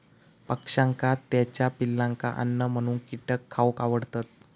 पक्ष्यांका त्याच्या पिलांका अन्न म्हणून कीटक खावक आवडतत